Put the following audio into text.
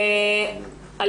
אז